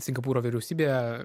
singapūro vyriausybėje